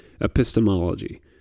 Epistemology